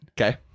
Okay